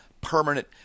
permanent